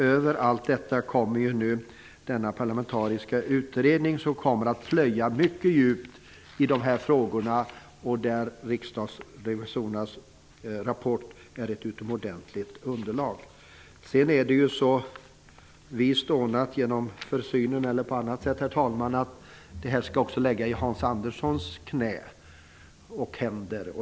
Över allt detta kommer ju nu denna parlamentariska utredning som kommer att plöja mycket djupt i dessa frågor. Där är riksdagsrevisorernas rapport ett utomordentligt underlag. Herr talman! Sedan är det ju genom försynen eller på annat sätt så vist ordnat att detta också skall läggas i Hans Anderssons knä och händer.